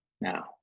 now